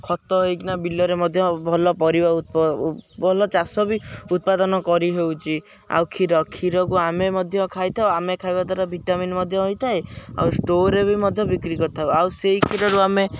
ଖତ ହୋଇ ବିଲରେ ମଧ୍ୟ ଭଲ ପରିବା ଭଲ ଚାଷ ବି ଉତ୍ପାଦନ କରିହେଉଛି ଆଉ କ୍ଷୀର କ୍ଷୀରକୁ ଆମେ ମଧ୍ୟ ଖାଇଥାଉ ଆମେ ଖାଇବା ଦ୍ୱାରା ଭିଟାମିନ ମଧ୍ୟ ହୋଇଥାଏ ଆଉ ଷ୍ଟୋରରେ ବି ମଧ୍ୟ ବିକ୍ରି କରିଥାଉ ଆଉ ସେଇ କ୍ଷୀରରୁ ଆମେ